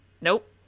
nope